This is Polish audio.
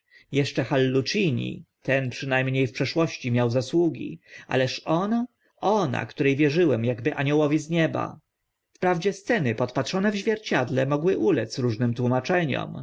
jeszcze hallucini ten przyna mnie w przeszłości miał zasługi ależ ona ona które wierzyłem akby aniołowi z nieba wprawdzie sceny podpatrzone w zwierciedle mogły ulec różnym tłumaczeniom